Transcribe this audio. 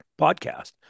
podcast